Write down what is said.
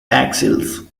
axils